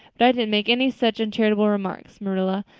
but i didn't make any such uncharitable remark, marilla,